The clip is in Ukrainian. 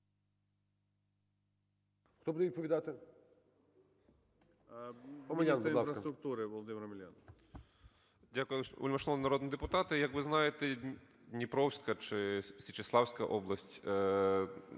Хто буде відповідати?